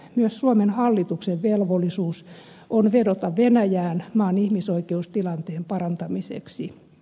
myös suomen hallituksen velvollisuus on vedota venäjään maan ihmisoikeustilanteen parantamiseksi